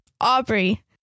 Aubrey